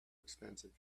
expensive